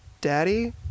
Daddy